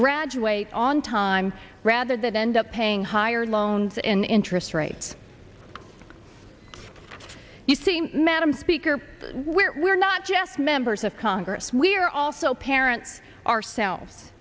graduate on time rather than end up paying higher loans in interest rates you seem madam speaker we're not just members of congress we're also parents ourselves